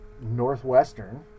Northwestern